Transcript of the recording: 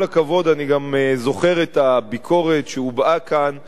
אני גם זוכר את הביקורת שהובעה כאן על